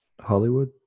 Hollywood